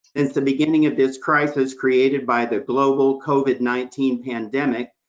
since the beginning of this crisis, created by the global covid nineteen pandemic,